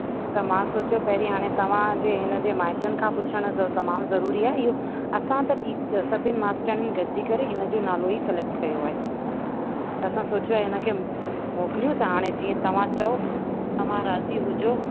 त मां सोचियो पहिरीं हाणे तव्हांजे हिनजे माइटण खां पुछण जो तमामु ज़रूरी आहे इहो असां त सभिनि मास्टरानी गॾिजी करे हिनजो नालो ई सिलैक्ट कयो आहे त असां सोचियो आहे हिनखे मोकिलियूं त हाणे जीअं तव्हां चओ तव्हां राज़ी हुजो